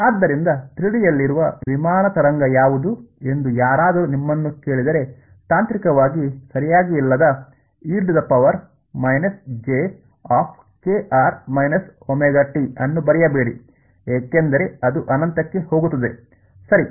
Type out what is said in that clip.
ಆದ್ದರಿಂದ 3 ಡಿ ಯಲ್ಲಿರುವ ವಿಮಾನ ತರಂಗ ಯಾವುದು ಎಂದು ಯಾರಾದರೂ ನಿಮ್ಮನ್ನು ಕೇಳಿದರೆ ತಾಂತ್ರಿಕವಾಗಿ ಸರಿಯಾಗಿಲ್ಲದ ಅನ್ನು ಬರೆಯಬೇಡಿ ಏಕೆಂದರೆ ಅದು ಅನಂತಕ್ಕೆ ಹೋಗುತ್ತದೆ ಸರಿ